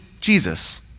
Jesus